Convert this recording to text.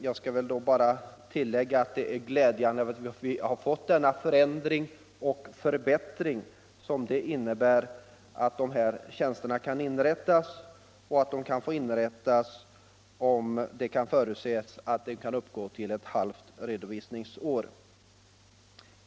Jag skall här bara tillägga att det är glädjande att vi har fått denna förändring och förbättring att dessa tjänster kan inrättas och får inrättas om tjänstgöring kan förutses för halvt redovisningsår.